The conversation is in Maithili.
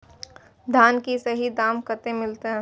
धान की सही दाम कते मिलते?